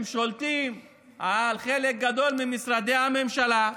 הם שולטים על חלק גדול ממשרדי הממשלה,